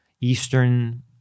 eastern